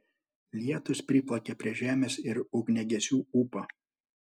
lietūs priplakė prie žemės ir ugniagesių ūpą